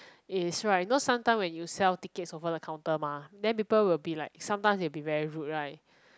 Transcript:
is right you know sometimes when you sell tickets over the counter mah then people will be be like sometimes they'll be very rude right